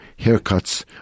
haircuts